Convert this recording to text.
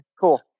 cool